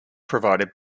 provided